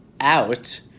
out